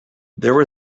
there